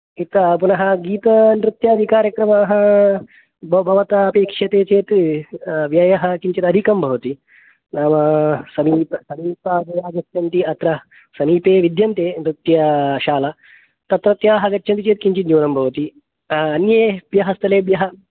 इतः पुनः गीतानृत्यादिकार्यक्रमाः भवता अपेक्ष्यते चेत् व्ययः किञ्चित् अधिकं भवति नाम समीप समीपादयः आगच्छन्ति अत्र समीपे विद्यन्ते नृत्यशाला तत्रत्याः आगच्छन्ति यत्किञ्चित् न्यूनं भवति अन्येभ्यः स्तलेभ्यः